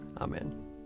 Amen